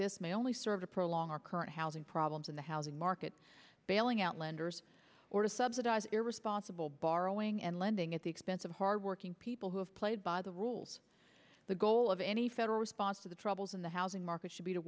this may only serve to prolong our current housing problems in the housing market bailing out lenders or to subsidize irresponsible borrowing and lending at the expense of hardworking people who have played by the rules the goal of any federal response to the troubles in the housing market should be to